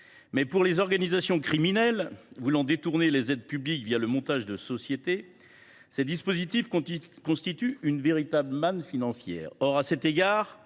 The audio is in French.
pour les organisations criminelles qui détournent les aides publiques en réalisant des montages de sociétés, ces dispositifs constituent une véritable manne financière.